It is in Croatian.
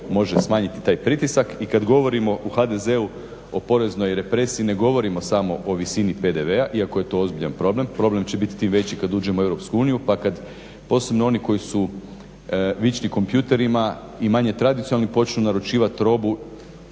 može smanjiti taj pritisak. I kad govorimo u HDZ-u o poreznoj represiji ne govorimo samo o visini PDV-a iako je to ozbiljan problem, problem će biti tim veći kad uđemo u EU pa kad posebno oni koji su vični kompjuterima i manje tradicionalni počnu naručivati robu